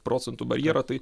procentų barjerą tai